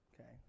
okay